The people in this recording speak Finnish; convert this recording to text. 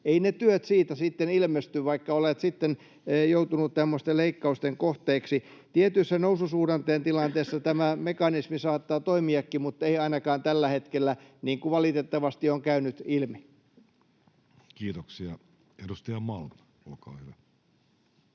Eivät ne työt siitä sitten ilmesty, vaikka olet joutunut tämmöisten leikkausten kohteeksi. Tietyssä noususuhdanteen tilanteessa tämä mekanismi saattaa toimiakin, mutta ei ainakaan tällä hetkellä, niin kuin valitettavasti on käynyt ilmi. Kiitoksia. — Edustaja Malm, olkaa hyvä.